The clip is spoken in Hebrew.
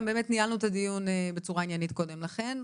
באמת ניהלנו את הדיון בצורה עניינית קודם לכן,